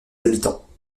habitants